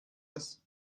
this